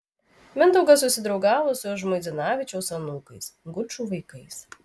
mindaugas susidraugavo su žmuidzinavičiaus anūkais gučų vaikais